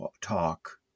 talk